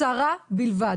קצרה בלבד".